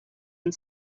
and